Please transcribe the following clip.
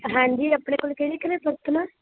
ਹਾਂਜੀ ਆਪਣੇ ਕੋਲ ਕਿਹੜੇ ਕਿਹੜੇ ਬਰਤਨ ਆ